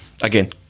Again